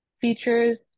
features